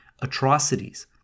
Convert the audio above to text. atrocities